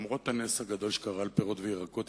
למרות הנס הגדול שקרה לגבי פירות וירקות,